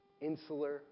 insular